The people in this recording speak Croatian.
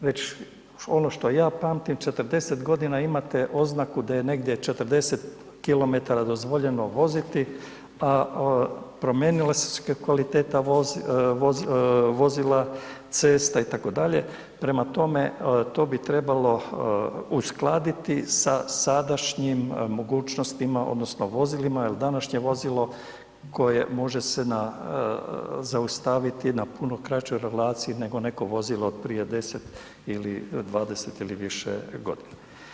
Već ono što ja pamtim 40 godina imate oznaku da je negdje 40km dozvoljeno voziti a promijenile su se kvaliteta vozila, cesta itd., prema tome, to bi trebalo uskladiti sa sadašnjim mogućnostima, odnosno vozilima jer današnje vozilo koje može se zaustaviti na puno kraćoj relaciji nego neko vozilo otprije 10 ili 20 ili više godina.